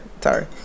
Sorry